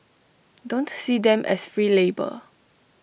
don't see them as free labour